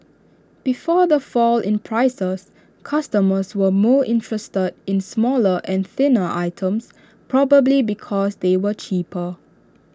before the fall in prices customers were more interested in smaller and thinner items probably because they were cheaper